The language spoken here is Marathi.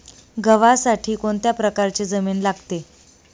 गव्हासाठी कोणत्या प्रकारची जमीन लागते?